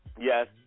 Yes